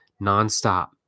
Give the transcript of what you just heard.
nonstop